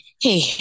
Hey